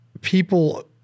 people